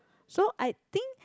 so I think